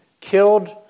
killed